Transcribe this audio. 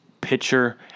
pitcher